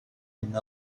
hyn